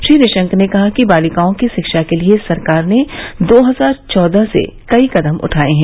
श्री निशंक ने कहा कि बालिकाओं की शिक्षा के लिए सरकार ने दो हजार चौदह से कई कदम उठाये हैं